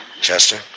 Chester